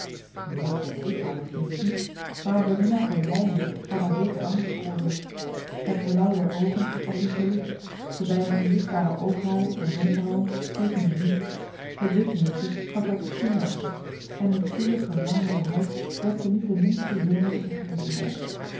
mooi vond ik haar in t minst niet maar een beminnaar van lijnen had haar zeker anders beoordeeld het blauw der oogen was me te licht de bijna onzichtbare oogharen en wenkbrauwen teekenden niet het wipneusje gaf haar iets kinderachtigs en de koele marcellus emants een nagelaten bekentenis gemarmerde huid wekte niet de minste zinnelijke begeerte in me op